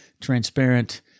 transparent